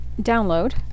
download